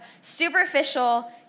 superficial